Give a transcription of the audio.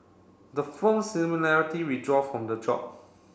the firm similarity withdraw from the job